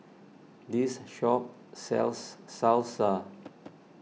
this shop sells Salsa